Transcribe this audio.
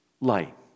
light